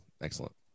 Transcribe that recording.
Excellent